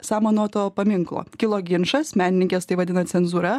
samanoto paminklo kilo ginčas menininkės tai vadina cenzūra